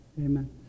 Amen